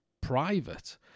private